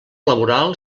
laboral